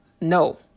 No